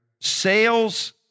sales